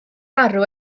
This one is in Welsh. arw